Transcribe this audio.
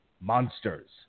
monsters